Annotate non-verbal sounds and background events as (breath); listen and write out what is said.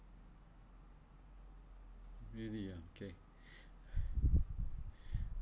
really ah okay (breath)